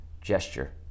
gesture